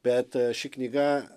bet ši knyga